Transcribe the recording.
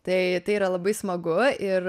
tai tai yra labai smagu ir